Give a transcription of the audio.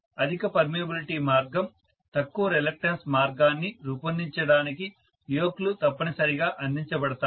అధిక పర్మియబిలిటీ మార్గం తక్కువ రిలక్టన్స్ మార్గాన్ని రూపొందించడానికి యోక్ లు తప్పనిసరిగా అందించబడతాయి